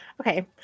okay